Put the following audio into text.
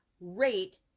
rate